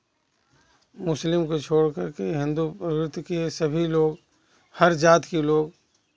मुस्लिम को छोड़कर हिंदू प्रवृति के सभी लोग हर जात के लोग